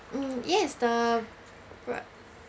mm yes the right